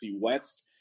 West